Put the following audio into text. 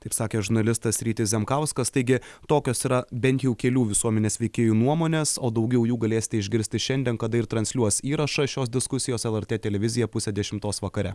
taip sakė žurnalistas rytis zemkauskas taigi tokios yra bent jau kelių visuomenės veikėjų nuomonės o daugiau jų galėsite išgirsti šiandien kada ir transliuos įrašą šios diskusijos lrt televizija pusę dešimtos vakare